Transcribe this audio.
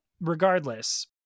regardless